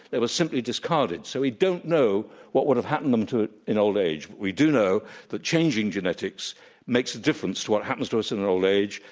they were simply discarded, so we don't know what would have happened to in old age. we do know that changing genetics makes a difference to what happens to us in our old age,